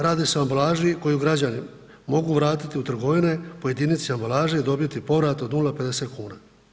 Radi se o ambalaži koji građani mogu vratiti u trgovine i po jedinici ambalaže dobiti povrat od 0,50 kn.